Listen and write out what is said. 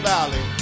Valley